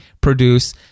produce